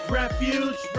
refuge